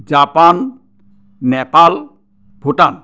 Japan Nepal Bhutan